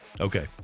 Okay